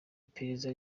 iperereza